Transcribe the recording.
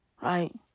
right